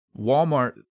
Walmart